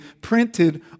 printed